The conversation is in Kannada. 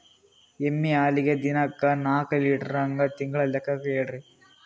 ಎಮ್ಮಿ ಹಾಲಿಗಿ ದಿನಕ್ಕ ನಾಕ ಲೀಟರ್ ಹಂಗ ತಿಂಗಳ ಲೆಕ್ಕ ಹೇಳ್ರಿ?